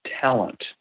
talent